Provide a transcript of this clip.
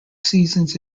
seasons